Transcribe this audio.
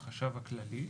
החשב הכללי.